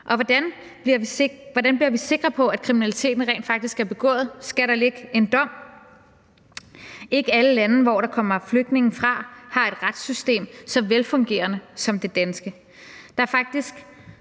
Og hvordan er vi sikre på, at kriminaliteten rent faktisk er begået? Skal der ligge en dom? Ikke alle lande, der kommer flygtninge fra, har et retssystem så velfungerende som det danske. For mange